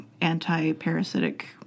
anti-parasitic